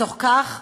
בתוך כך,